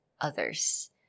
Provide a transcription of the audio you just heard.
others